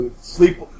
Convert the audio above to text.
sleep